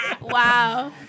Wow